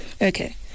okay